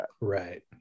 Right